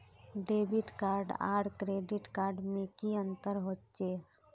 Debit card आर credit card में की अंतर होचे?